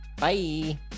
Bye